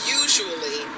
usually